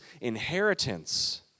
inheritance